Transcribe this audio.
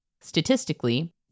statistically